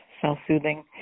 self-soothing